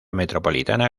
metropolitana